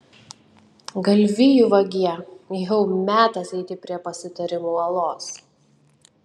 galvijų vagie jau metas eiti prie pasitarimų uolos